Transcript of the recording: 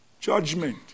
judgment